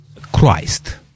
Christ